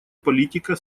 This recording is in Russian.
политика